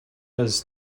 has